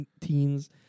teens